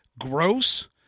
gross